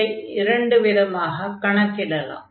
இதை இரண்டு விதமாகக் கணக்கிடலாம்